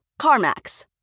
CarMax